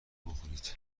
بخورید